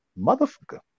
Motherfucker